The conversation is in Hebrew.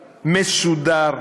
מסודר,